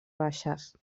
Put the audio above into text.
baixes